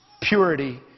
purity